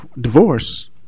Divorce